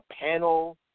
panel